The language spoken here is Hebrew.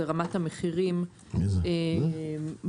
שזה רמת המחירים בשוק.